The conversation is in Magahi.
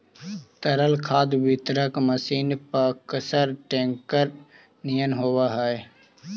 तरल खाद वितरक मशीन पअकसर टेंकर निअन होवऽ हई